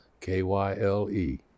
K-Y-L-E